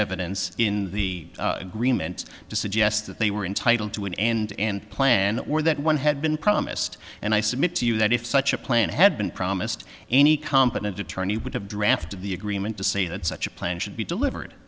evidence in the agreement to suggest that they were entitled to an end and plan or that one had been promised and i submit to you that if such a plan had been promised any competent attorney would have drafted the agreement to say that such a plan should be delivered